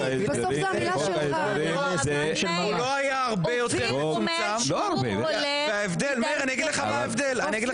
היה הרבה יותר מצומצם, ואני אגיד לך מה הוא אומר.